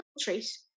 treat